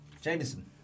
Jameson